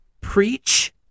preach